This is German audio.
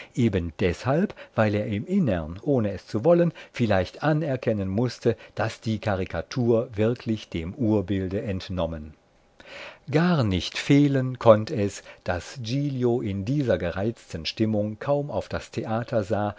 eben deshalb weil er im innern ohne es zu wollen vielleicht anerkennen mußte daß die karikatur wirklich dem urbilde entnommen gar nicht fehlen konnt es daß giglio in dieser gereizten stimmung kaum auf das theater sah